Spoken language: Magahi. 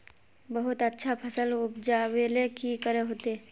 बहुत अच्छा फसल उपजावेले की करे होते?